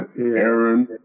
Aaron